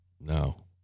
no